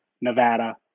Nevada